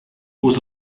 was